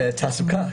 שתעסוקה,